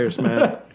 man